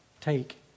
take